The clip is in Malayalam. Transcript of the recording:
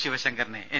ശിവശങ്കറിനെ എൻ